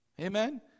Amen